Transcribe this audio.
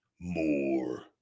more